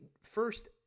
first